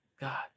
God